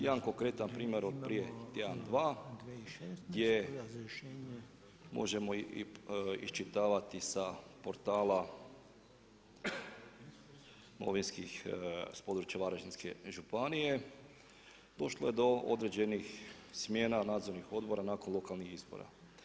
Jedan konkretan primjer od prije tjedan, dva, gdje možemo iščitavati sa portala novinskih, s područja Varaždinske županije, došlo je do određenih smjena nadzirnih odbora nakon lokalnih izbora.